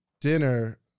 dinner